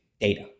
data